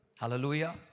Hallelujah